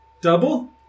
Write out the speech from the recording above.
Double